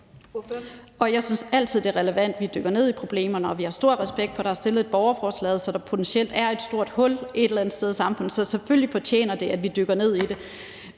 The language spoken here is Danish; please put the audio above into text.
Jeg synes altid, det er relevant, at vi dykker ned i problemerne. Og vi har stor respekt for, at der er stillet et borgerforslag, og at der potentielt er et stort hul et eller andet sted i samfundet. Så selvfølgelig fortjener det, at vi dykker ned i det.